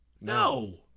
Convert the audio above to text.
no